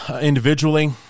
individually